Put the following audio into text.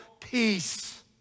peace